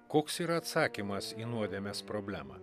koks yra atsakymas į nuodėmės problemą